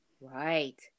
right